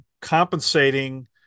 compensating